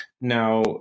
Now